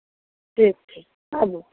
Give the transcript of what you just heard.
ठीक छै आबू